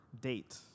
date